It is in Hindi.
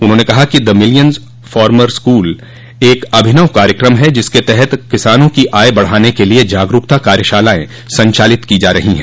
उन्होंने कहा कि द मैलियन फॉर्मर्स स्कूल एक अभिनव कार्यक्रम है जिसके तहत किसानों की आय बढ़ाने के लिए जागरूकता कार्यशालायें संचालित की जा रही हैं